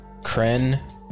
Kren